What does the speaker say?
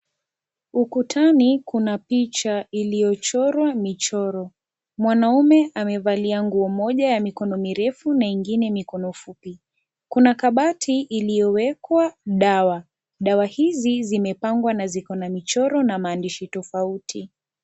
Ukutani kuna picha iliyochorwa michoro, mwanaume amevlia nguo moja ya mikono mirefu na ingine mikono fupi, kuna kabati iliyowekwa dawa, dawa hizi zimepangwa na ziko na michoro na maandishi tofauti.